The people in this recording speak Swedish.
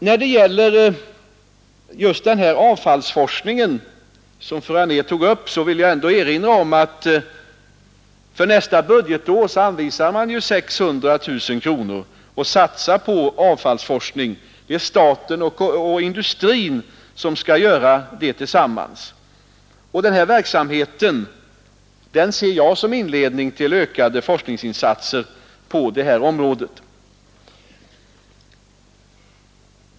När det gäller just avfallsforskningen, som fru Anér tog upp, vill jag erinra om att för nästa budgetår satsar vi ändå 600 000 kronor på den; det är staten och industrin som skall göra det tillsammans. Den verksamheten ser jag som en inledning till ökade forskningsinsatser på det här området.